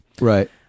Right